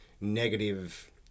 negative